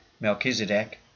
Melchizedek